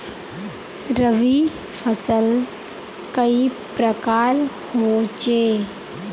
रवि फसल कई प्रकार होचे?